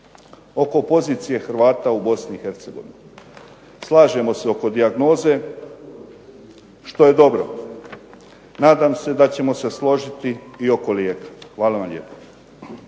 oko pozicije Hrvata u Bosni i Hercegovini. Slažemo se oko dijagnoze što je dobro. Nadam se da ćemo se složiti i oko lijeka. Hvala vam lijepa.